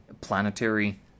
planetary